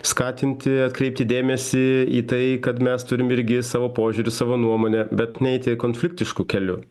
skatinti atkreipti dėmesį į tai kad mes turim irgi savo požiūrius savo nuomonę bet neiti konfliktišku keliu